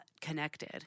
connected